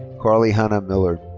karly hannah miller.